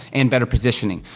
and better positioning.